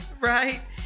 Right